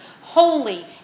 holy